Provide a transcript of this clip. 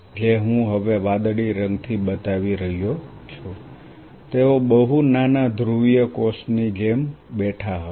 જે હું હવે વાદળી રંગથી બતાવી રહ્યો છું તેઓ બહુ નાના ધ્રુવીય કોષની જેમ બેઠા હશે